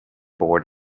board